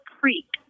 creek